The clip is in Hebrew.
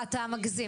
אתה מגזים.